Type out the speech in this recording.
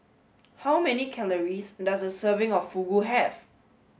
how many calories does a serving of Fugu have